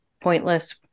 pointless